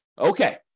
Okay